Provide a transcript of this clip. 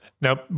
now